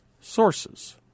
sources